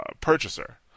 purchaser